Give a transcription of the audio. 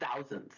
thousands